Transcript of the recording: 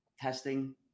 testing